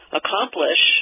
accomplish